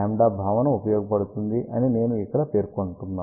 48λ భావన ఉపయోగ పడుతుంది అని నేను ఇక్కడ పేర్కొంటున్నాను